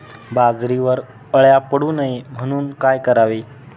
बाजरीवर अळ्या पडू नये म्हणून काय करावे?